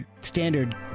standard